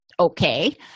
okay